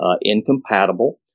incompatible